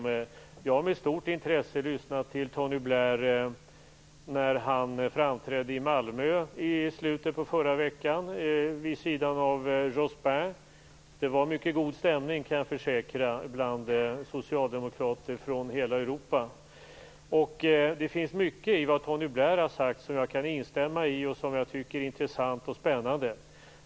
Jag lyssnade med stort intresse till Tony Blair när han framträdde i Malmö i slutet av förra veckan vid sidan av Jospin. Jag kan försäkra att det var en mycket god stämning bland socialdemokrater från hela Europa. Det finns mycket i vad Tony Blair har sagt som jag kan instämma i och som jag tycker är intressant och spännande.